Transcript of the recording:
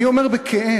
אני אומר בכאב,